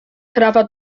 trawa